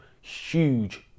huge